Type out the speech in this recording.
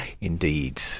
Indeed